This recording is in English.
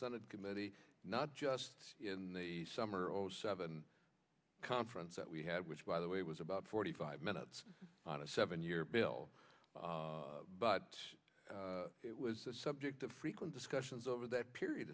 senate committee not just in the summer or seven conference that we had which by the it was about forty five minutes on a seven year bill but it was the subject of frequent discussions over that period